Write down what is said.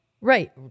Right